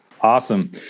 Awesome